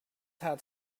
had